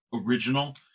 original